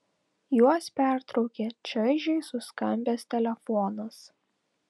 juos pertraukė čaižiai suskambęs telefonas